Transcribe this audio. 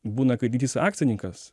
būna kai didysis akcininkas